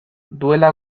duela